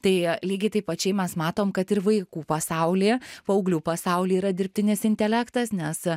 tai lygiai taip pačiai mes matom kad ir vaikų pasaulyje paauglių pasauly yra dirbtinis intelektas nes